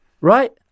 right